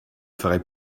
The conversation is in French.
ferai